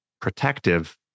protective